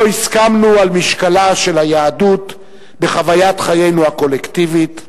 לא הסכמנו על משקלה של היהדות בחוויית חיינו הקולקטיבית,